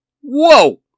Whoa